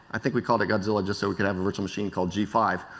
i think we called it godzilla just so we could have a virtual machine called g five